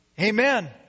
amen